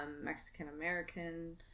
Mexican-American